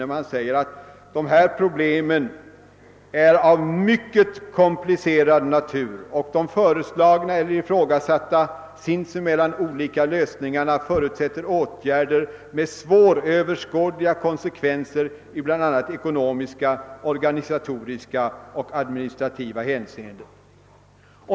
Där säger man att dessa problem »är av mycket komplicerad natur och de föreslagna eller ifrågasatta, sinsemellan olika lösningarna förutsätter åtgärder med svåröverskådliga konsekvenser i bl.a. ekonomiska, organisatoriska och administrativa hänseenden».